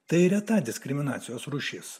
tai reta diskriminacijos rūšis